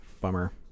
bummer